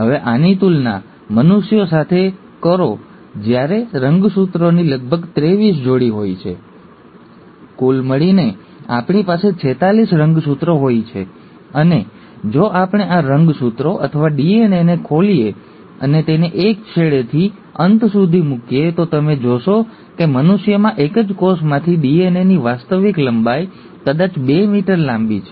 હવે આની તુલના મનુષ્યો સાથે કરો જ્યાં રંગસૂત્રોની લગભગ ત્રેવીસ જોડી હોય છે કુલ મળીને આપણી પાસે ૪૬ રંગસૂત્રો હોય છે અને જો આપણે આ રંગસૂત્રો અથવા ડીએનએ ને ખોલીએ અને તેને એક છેડેથી અંત સુધી મૂકીએ તો તમે જોશો કે મનુષ્યમાં એક જ કોષમાંથી ડીએનએની વાસ્તવિક લંબાઈ કદાચ બે મીટર લાંબી છે